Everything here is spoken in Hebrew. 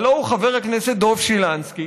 הלוא הוא חבר הכנסת דב שילנסקי,